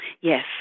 Yes